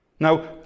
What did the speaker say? Now